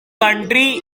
county